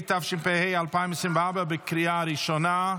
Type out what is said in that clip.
התשפ"ה 2024, בקריאה הראשונה.